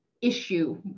Issue